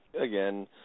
again